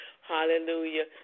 hallelujah